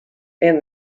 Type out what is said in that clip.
and